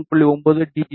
9 TB ஆகும்